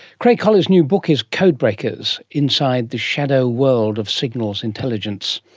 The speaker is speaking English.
craig collie's new book is code breakers inside the shadow world of signals intelligence.